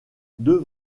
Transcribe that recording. deux